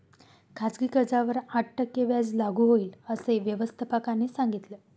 खाजगी कर्जावर आठ टक्के व्याज लागू होईल, असे व्यवस्थापकाने सांगितले